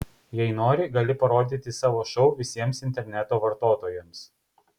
jei nori gali parodyti savo šou visiems interneto vartotojams